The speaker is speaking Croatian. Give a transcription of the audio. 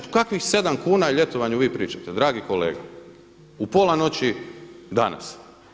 O kakvih 7 kuna ljetovanju vi pričate dragi kolega u pola noći danas?